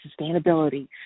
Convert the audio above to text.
sustainability